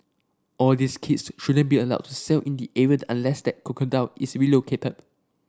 all these kids shouldn't be allowed to sail in the area unless that crocodile is relocated